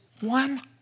one